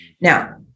Now